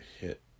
hit